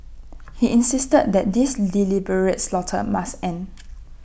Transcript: he insisted that this deliberate slaughter must end